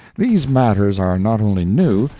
these matters are not only new,